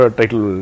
title